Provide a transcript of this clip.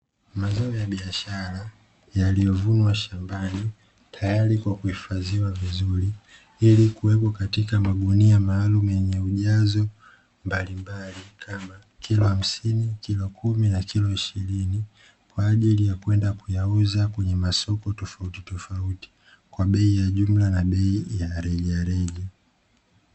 Mazao ya biashara yaliyovunwa shambani tayari kwa kuhifadhiwa vizuri, ili kuwekwa katika magunia maalumu yenye ujazo mbalimbali kama: kilo hamsini, kilo kumi na kilo ishirini, kwa ajili ya kwenda kuyauza kwenye masoko tofautitofauti kwa bei ya jumla na bei ya rejareja.